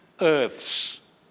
earths